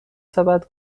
سبد